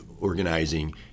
organizing